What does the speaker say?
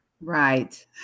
Right